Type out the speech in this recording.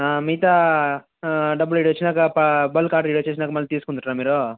ఆ మిగతా ఆ డబ్బులు ఇక్కడ వచ్చాక బల్క్ ఆర్డర్ ఇక్కడ వచ్చాక మళ్ళీ తీసుకుంటారా మీరూ